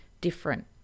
different